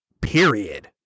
period